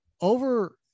over